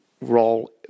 role